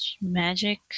magic